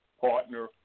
partner